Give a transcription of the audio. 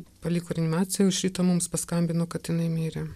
paliko reanimacijoj o iš ryto mums paskambino kad jinai mirė